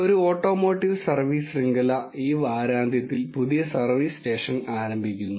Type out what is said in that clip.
ഒരു automotive service ശൃംഖല ഈ വാരാന്ത്യത്തിൽ പുതിയ സർവീസ് സ്റ്റേഷൻ ആരംഭിക്കുന്നു